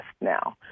now